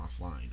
offline